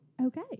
okay